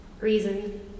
reason